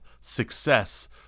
success